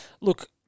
Look